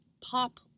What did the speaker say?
pop